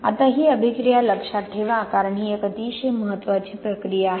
आता ही अभिक्रिया लक्षात ठेवा कारण ही एक अतिशय महत्त्वाची प्रक्रिया आहे